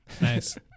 Nice